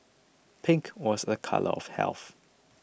pink was a colour of health